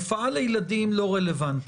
הופעה לילדים לא רלוונטית,